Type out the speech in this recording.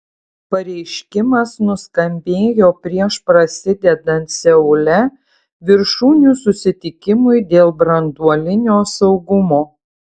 pareiškimas nuskambėjo prieš prasidedant seule viršūnių susitikimui dėl branduolinio saugumo